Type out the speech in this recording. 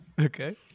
Okay